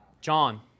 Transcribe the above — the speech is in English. John